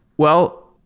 well,